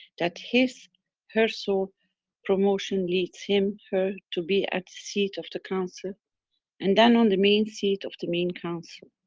that his her soul promotion leads him her to be at the seat of the council and then on the main seat of the main council.